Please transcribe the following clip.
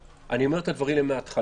אני אומר את הדברים האלה מההתחלה,